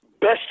Best